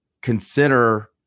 consider